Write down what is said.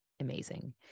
amazing